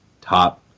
top